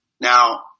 Now